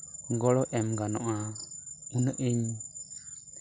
ᱜᱚᱲᱚ ᱮᱢ ᱜᱟᱱᱚᱜᱼᱟ ᱩᱱᱟᱹᱜ ᱤᱧ